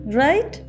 right